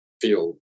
feel